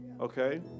Okay